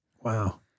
Wow